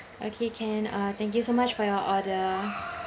okay can uh thank you so much for your order